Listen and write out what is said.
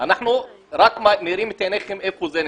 אלא רק מאירים את עיניכם איפה זה נמצא.